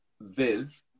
Viv